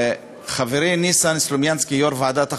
חברי ניסן סלומינסקי, יושב-ראש ועדת החוקה,